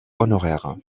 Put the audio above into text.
honoraire